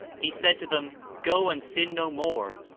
he said to them, go and sin no more,